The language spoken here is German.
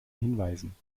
hinweisen